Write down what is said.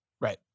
Right